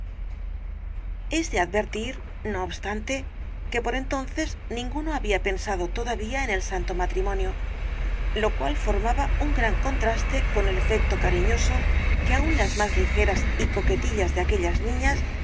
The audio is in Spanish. es de advertir no obstante que por entonces ninguno había pensado todavía en el santo matrimonio lo cual formaba un gran contraste con el afecto cariñoso que aun las más ligeras y coquetillas de aquellas niñas